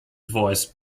voice